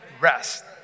rest